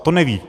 To neví.